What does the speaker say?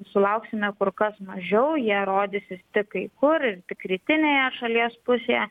sulauksime kur kas mažiau jie rodysis tik kai kur ir tik rytinėje šalies pusėje